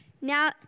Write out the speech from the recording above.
Now